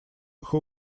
who